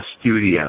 studio